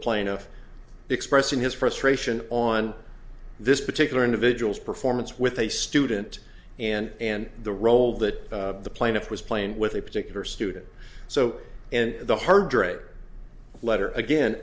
plaintiff expressing his frustration on this particular individual's performance with a student and and the role that the plaintiff was playing with a particular student so and the hard drive letter again